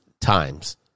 times